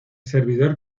servidor